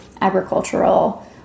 agricultural